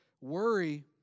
Worry